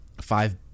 five